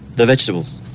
the vegetables